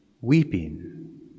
weeping